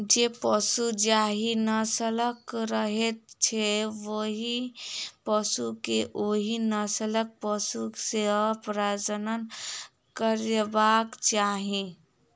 जे पशु जाहि नस्लक रहैत छै, ओहि पशु के ओहि नस्लक पशु सॅ प्रजनन करयबाक चाही